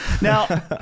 Now